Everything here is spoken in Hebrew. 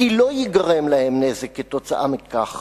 כי לא ייגרם להם נזק כתוצאה מכך.